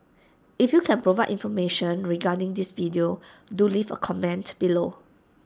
if you can provide information regarding this video do leave A comment below